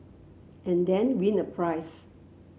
and then win a prize